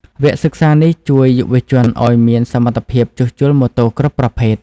វគ្គសិក្សានេះជួយយុវជនឱ្យមានសមត្ថភាពជួសជុលម៉ូតូគ្រប់ប្រភេទ។